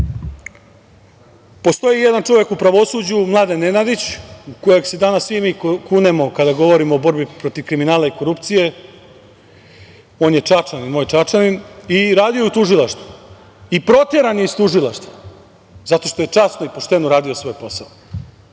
postoji jedan čovek u pravosuđu, Mladen Nenadić, u kojeg se danas svi mi kunemo, kada govorimo o borbi protiv kriminala i korupcije, on je Čačanin, moj Čačanin i radi u tužilaštvu. I proteran je iz tužilaštva, zato što je časno i pošteno radio svoj posao.